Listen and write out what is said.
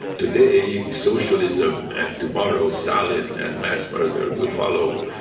today socialism and tomorrow stalin and mass murder will follow,